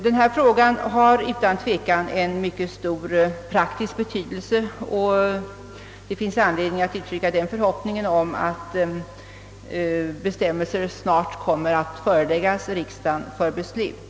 Denna fråga har utan tvivel mycket stor praktisk betydelse, och det finns anledning att uttrycka en förhoppning om att bestämmelser snart kommer att föreläggas riksdagen för beslut.